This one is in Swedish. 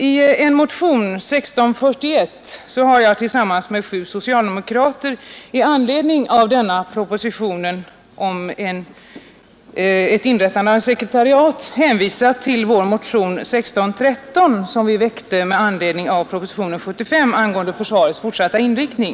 I en motion, nr 1641, har jag tillsammans med sju socialdemokrater i anledning av denna proposition om inrättande av ett sekretariat hänvisat till vår motion nr 1613, som vi väckte med anledning av propositionen 75 angående försvarets fortsatta inriktning.